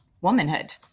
womanhood